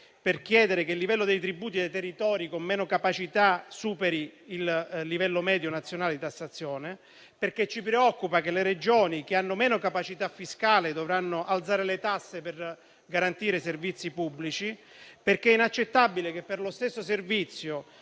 per chiedere che il livello dei tributi dei territori con meno capacità fiscale non superi il livello medio nazionale di tassazione, perché ci preoccupa il fatto che le Regioni con meno capacità fiscale dovranno alzare le tasse per garantire i servizi pubblici ed è inaccettabile che per gli stessi servizi